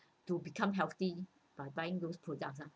to become healthy by buying those products ah